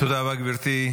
תודה רבה, גברתי.